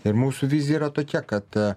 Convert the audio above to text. ir mūsų vizija yra tokia kad